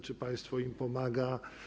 Czy państwo im pomaga?